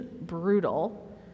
brutal